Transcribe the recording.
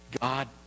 God